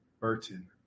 Burton